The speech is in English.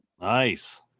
Nice